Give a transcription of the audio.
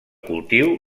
cultiu